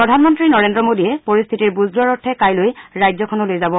প্ৰধানমন্ত্ৰী নৰেড্ৰ মোডীয়ে পৰিস্থিতিৰ বুজ লোৱাৰ অৰ্থে কাইলৈ ৰাজ্যখনলৈ যাব